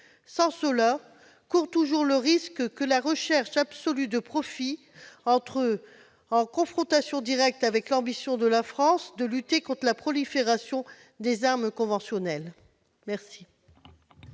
Sans cela, il y a toujours le risque que la recherche absolue de profits n'entre en confrontation directe avec l'ambition de la France de lutter contre la prolifération des armes conventionnelles. Quel